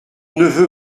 neveu